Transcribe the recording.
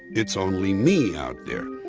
it's only me out there.